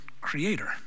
creator